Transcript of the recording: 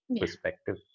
perspective